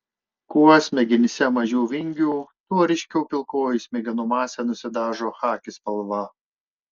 kuo smegenyse mažiau vingių tuo ryškiau pilkoji smegenų masė nusidažo chaki spalva